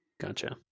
gotcha